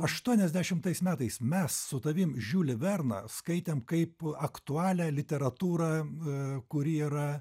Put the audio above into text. aštuoniasdešimtais metais mes su tavimi žiulį verną skaitėm kaip aktualią literatūrą kuri yra